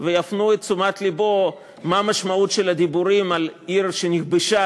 ויפנו את תשומת לבו מה המשמעות של הדיבורים על עיר שנכבשה,